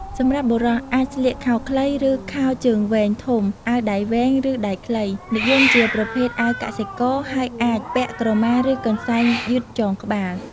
សម្រាប់បុរស អាចស្លៀកខោខ្លី ឬខោវែងជើងធំ អាវដៃវែង ឬដៃខ្លី និយមជាប្រភេទអាវកសិករ ហើយអាចពាក់ក្រមាឬកន្សែងយឺតចងក្បាល។